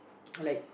like